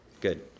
Good